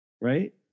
Right